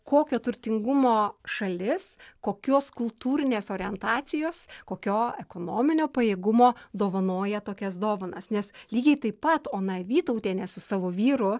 kokio turtingumo šalis kokios kultūrinės orientacijos kokio ekonominio pajėgumo dovanoja tokias dovanas nes lygiai taip pat ona vytautienė su savo vyru